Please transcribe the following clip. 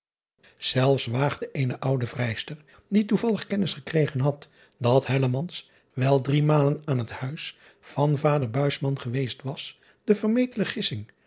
elfs waagde eene oude vrijster die toevallig kennis gekregen had dat wel driemalen aan het huis van vader geweest was de